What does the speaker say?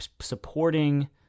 supporting